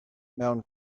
mewn